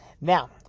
Now